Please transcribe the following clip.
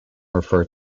refer